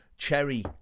cherry